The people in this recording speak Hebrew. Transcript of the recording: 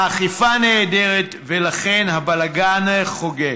האכיפה נעדרת, ולכן הבלגן חוגג.